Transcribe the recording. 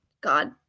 God